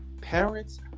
parents